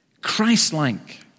Christ-like